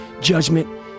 judgment